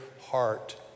heart